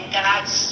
god's